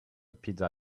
pizza